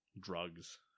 drugs